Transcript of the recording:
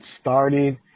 started